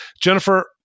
Jennifer